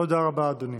תודה רבה, אדוני.